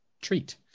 treat